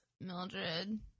Mildred